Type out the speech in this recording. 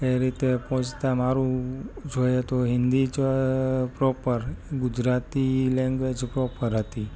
એ રીતે પહોંચતાં મારું જોઈએ તો હિન્દી જ પ્રોપર ગુજરાતી લેંગ્વેજ પ્રોપર હતી